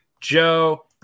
Joe